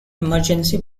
emergency